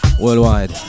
worldwide